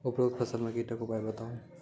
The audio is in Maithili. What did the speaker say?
उपरोक्त फसल मे कीटक उपाय बताऊ?